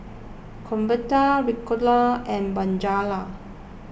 Convatec Ricola and Bonjela